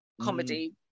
comedy